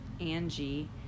Angie